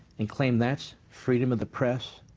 and claim that freedom of the press?